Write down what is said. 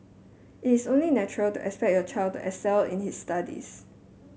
it is only natural to expect your child excel in his studies